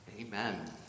Amen